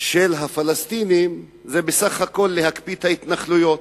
של הפלסטינים הם בסך הכול להקפיא את ההתנחלויות.